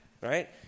Right